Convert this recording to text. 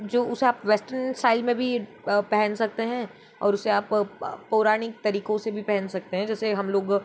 जो उसे आप वेस्टर्न स्टाइल में भी पहन सकते हैं और उसे आप पौराणिक तरीकों से भी पहन सकते हैं जैसे हम लोग